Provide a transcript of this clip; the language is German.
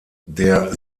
der